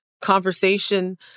conversation